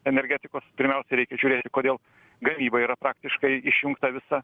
energetikos pirmiausia reikia žiūrėti kodėl gamyba yra praktiškai išjungta visa